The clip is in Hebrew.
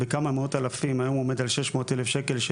מכובדים, אני